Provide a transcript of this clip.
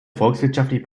volkswirtschaftliche